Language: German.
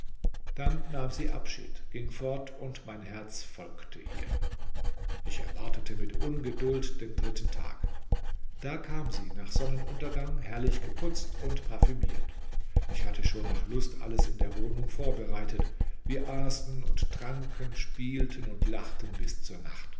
dann nahm sie abschied